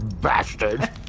bastard